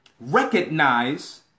recognize